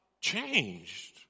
changed